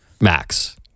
Max